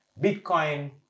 Bitcoin